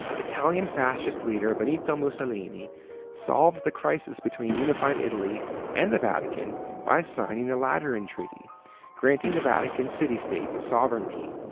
italian fascist leader benito mussolini solved the crisis between unified italy and the vatican by signing the lateran treaty granting the vatican city state sovereignty.